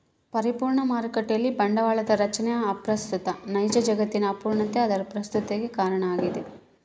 ಪರಿಪೂರ್ಣ ಮಾರುಕಟ್ಟೆಯಲ್ಲಿ ಬಂಡವಾಳದ ರಚನೆ ಅಪ್ರಸ್ತುತ ನೈಜ ಜಗತ್ತಿನ ಅಪೂರ್ಣತೆ ಅದರ ಪ್ರಸ್ತುತತಿಗೆ ಕಾರಣ ಆಗ್ಯದ